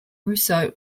rousseau